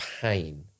pain